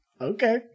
Okay